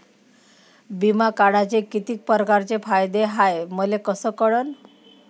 बिमा काढाचे कितीक परकारचे फायदे हाय मले कस कळन?